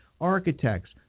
architects